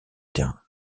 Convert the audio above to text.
terrain